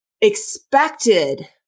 expected